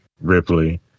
ripley